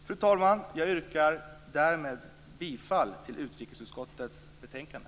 Fru talman! Jag yrkar härmed bifall till hemställan i utrikesutskottets betänkande.